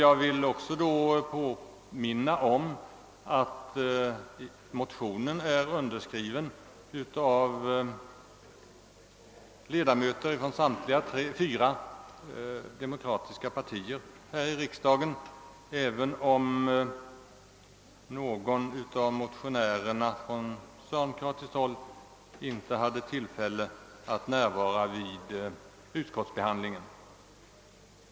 Låt mig påminna om att motionen är undertecknad av ledamöter från samtliga fyra demokratiska partier här i riksdagen, även om någon av motionärerna från socialdemokratiskt håll inte hade tillfälle att närvara vid utskottsbehandlingen.